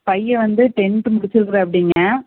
பையன் வந்து டென்த்து முடிச்சுருக்குறாப்டிங்க